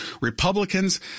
Republicans